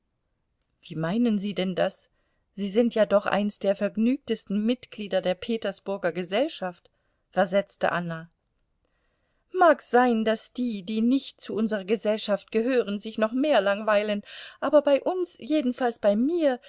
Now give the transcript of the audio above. wie meinen sie denn das sie sind ja doch eins der vergnügtesten mitglieder der petersburger gesellschaft versetzte anna mag sein daß die die nicht zu unserer gesellschaft gehören sich noch mehr langweilen aber bei uns jedenfalls bei mir